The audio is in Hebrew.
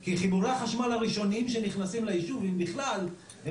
כי חיבורי החשמל הראשונים שנכנסים ליישוב אם בכלל הם